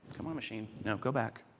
um machine, now go back,